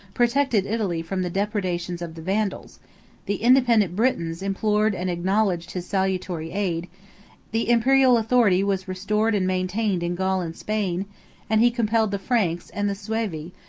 protected italy from the depredations of the vandals the independent britons implored and acknowledged his salutary aid the imperial authority was restored and maintained in gaul and spain and he compelled the franks and the suevi,